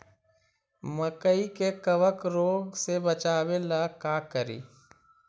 मकई के कबक रोग से बचाबे ला का करि?